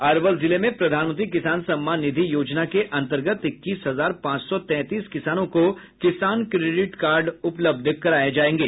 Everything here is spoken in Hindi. अरवल जिले में प्रधानमंत्री किसान सम्मान निधि योजना के अंतर्गत इक्कीस हजार पांच सौ तैंतीस किसानों को किसान क्रेडिट कार्ड उपलब्ध कराये जायेंगे